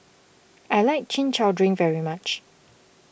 I like Chin Chow Drink very much